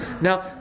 Now